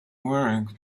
work